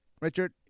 Richard